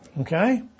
okay